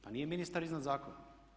Pa nije ministar iznad zakona.